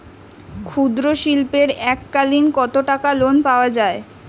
ক্ষুদ্রশিল্পের এককালিন কতটাকা লোন পাওয়া য়ায়?